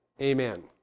Amen